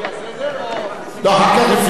אלא אם כן יש בקשה אחרת,